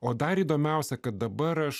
o dar įdomiausia kad dabar aš